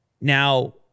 Now